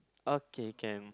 okay can